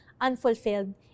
unfulfilled